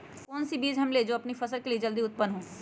कौन सी बीज ले हम अपनी फसल के लिए जो जल्दी उत्पन हो?